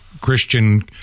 Christian